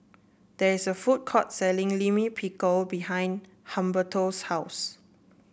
there is a food court selling Lime Pickle behind Humberto's house